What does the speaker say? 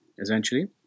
essentially